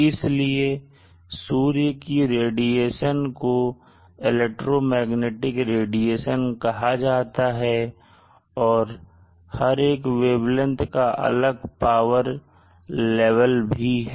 इसलिए सूर्य की रेडिएशन को इलेक्ट्रोमैग्नेटिक रेडिएशन कहा जाता है और हर एक वेवलेंथ का अलग पावर भी है